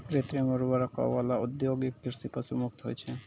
कृत्रिम उर्वरको वाला औद्योगिक कृषि पशु मुक्त होय छै